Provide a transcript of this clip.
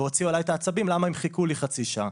והוציאו עליי את העצבים למה הם חיכו לי חצי שעה.